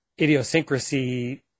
idiosyncrasy